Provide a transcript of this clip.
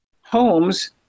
homes